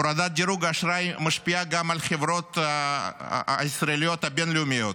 הורדת דירוג האשראי משפיעה גם על החברות הישראליות הבין-לאומיות